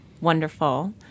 wonderful